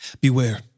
Beware